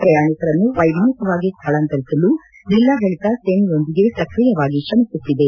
ಪ್ರಯಾಣಿಕರನ್ನು ವೈಮಾನಿಕವಾಗಿ ಸ್ಥಳಾಂತರಿಸಲು ಜಿಲ್ಲಾಡಳಿತ ಸೇನೆಯೊಂದಿಗೆ ಸ್ಕ್ರಿಯವಾಗಿ ಶ್ರಮಿಸುತ್ತಿದೆ